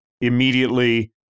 immediately –